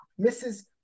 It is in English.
Mrs